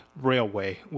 railway